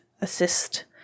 assist